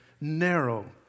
narrow